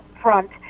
front